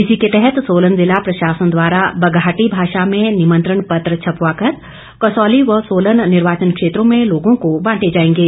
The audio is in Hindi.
इसी के तहत सोलन जिला प्रशासन द्वारा बघाटी भाषा में निमंत्रण पत्र छपवाकर कसौली व सोलन निर्वाचन क्षेत्रों में लोगों को बांटे जाएंगे